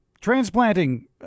Transplanting